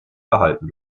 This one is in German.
erhalten